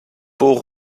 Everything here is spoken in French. poe